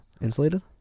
insulated